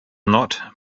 not